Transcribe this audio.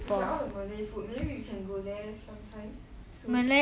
it's like all the malay food maybe we can go there sometime soon